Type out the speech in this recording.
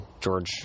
George